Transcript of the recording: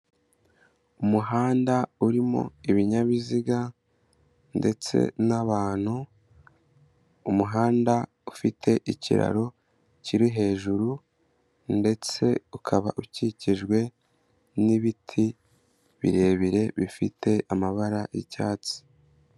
Umuhanda urimo ibinyabiziga ndetse n'abantu, umuhanda ufite ikiraro kiri hejuru ndetse ukaba ukikijwe n'ibiti birebire bifite amabara y'icyatsi.